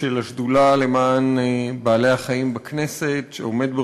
התשע"ד 2014,